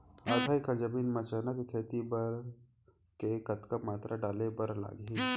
आधा एकड़ जमीन मा चना के खेती बर के कतका मात्रा डाले बर लागही?